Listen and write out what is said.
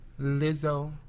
Lizzo